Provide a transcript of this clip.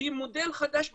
כמודל חדש במדינה,